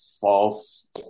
false